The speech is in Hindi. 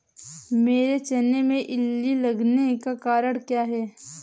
मेरे चने में इल्ली लगने का कारण क्या है?